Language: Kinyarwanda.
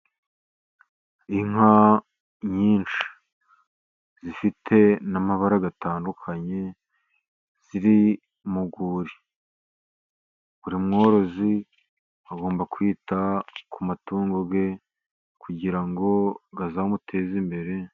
Inka nyinshi zifite n'amabara atandukanye, ziri mu rwuri. Buri mworozi, agomba kwita ku matungo ye, kugira ngo azamuteze imbere.